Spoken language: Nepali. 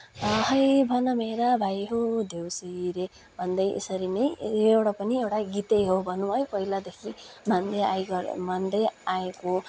आहै भन मेरा भाइ हो देउसी रे भन्दै यसरी नै यो एउटा पनि एउटा गीतै हो भनौँ है पहिलादेखि मान्दै आइगर मान्दै आएको